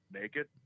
naked